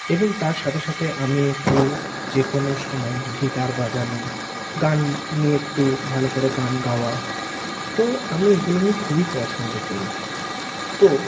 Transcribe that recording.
এবং তার সাথে সাথে আমি একটু যে কোনো সময় গিটার বাজানো গান নিয়ে একটু ভালো করে গান গাওয়া তো আমি এগুলো নিয়ে খুবই পছন্দ করি তো